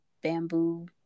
bamboo